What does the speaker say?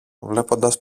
βλέποντας